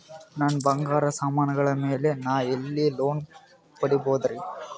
ನನ್ನ ಬಂಗಾರ ಸಾಮಾನಿಗಳ ಮ್ಯಾಲೆ ನಾ ಎಲ್ಲಿ ಲೋನ್ ಪಡಿಬೋದರಿ?